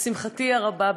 לשמחתי הרבה,